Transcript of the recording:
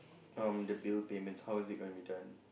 um the bill payments how is it gonna be done